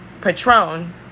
Patron